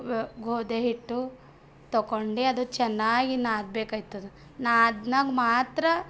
ಗೋಧಿ ಹಿಟ್ಟು ತಕೊಂಡಿ ಅದು ಚೆನ್ನಾಗಿ ನಾದ್ಬೇಕೈತದ ನಾದ್ನಾಗ್ ಮಾತ್ರ